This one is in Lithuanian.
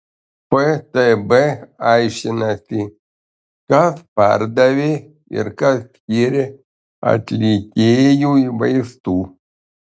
ftb aiškinasi kas pardavė ir kas skyrė atlikėjui vaistų